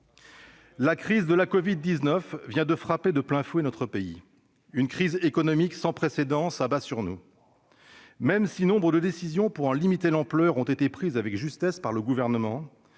La crise de la covid-19 vient de frapper de plein fouet notre pays. Une crise économique sans précédent s'abat sur nous. Même si nombre de décisions pour en limiter l'ampleur ont été prises avec justesse par le Gouvernement,